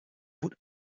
would